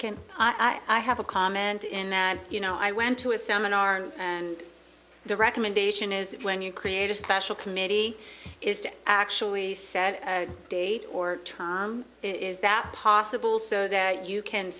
can i have a comment in that you know i went to a seminar and the recommendation is when you create a special committee is to actually set a date or term is that possible so that you can